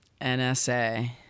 NSA